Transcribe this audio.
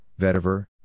vetiver